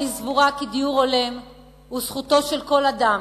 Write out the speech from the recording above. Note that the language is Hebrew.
אני סבורה כי דיור הולם הוא זכותו של כל אדם,